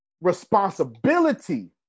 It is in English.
responsibility